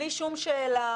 בלי שום שאלה,